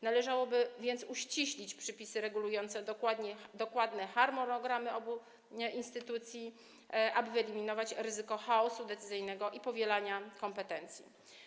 Należałoby więc uściślić przepisy regulujące dokładnie harmonogramy zadań obu instytucji, aby wyeliminować ryzyko chaosu decyzyjnego i powielania kompetencji.